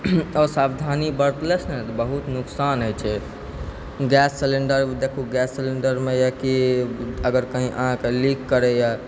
असावधानी बरतनेसँ बहुत जादे नोकसान होइ छै गैस सिलिण्डर देखू गैस सिलिण्डरमे होइयऽ कि अगर कही अहाँकेँ लिक करैय